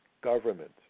government